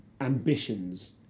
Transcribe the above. ambitions